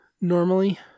normally